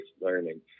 learning